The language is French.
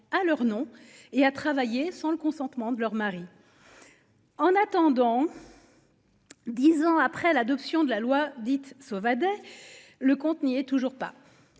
à leur nom et à travailler sans le consentement de leur mari. En attendant. 10 ans après l'adoption de la loi dite Sauvadet. Le compte n'y est toujours pas.